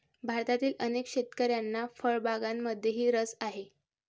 भारतातील अनेक शेतकऱ्यांना फळबागांमध्येही रस आहे